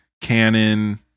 canon